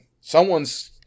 Someone's